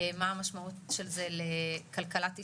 מה המשמעות של זה לכלכלת ישראל,